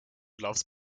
loves